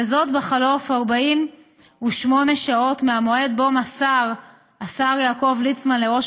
וזאת בחלוף 48 שעות מהמועד שבו מסר השר יעקב ליצמן לראש